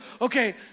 Okay